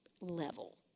level